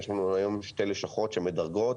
יש לנו היום שתי לשכות שמדרגות